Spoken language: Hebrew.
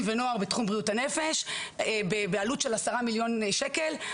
ונוער בתחום בריאות הנפש בעלות של עשרה מיליון שקל,